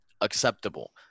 acceptable